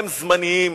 הם זמניים.